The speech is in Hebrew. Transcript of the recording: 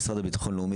המשרד לביטחון לאומי,